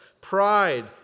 pride